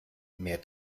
mehr